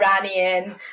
Iranian